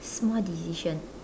small decision